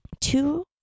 two